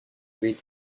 avaient